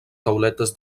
tauletes